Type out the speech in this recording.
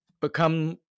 become